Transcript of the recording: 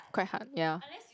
quite hard ya